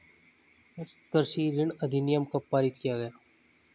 कृषि ऋण अधिनियम कब पारित किया गया?